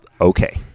okay